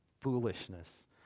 Foolishness